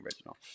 original